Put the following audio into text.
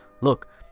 Look